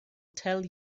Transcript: tell